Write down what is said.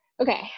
Okay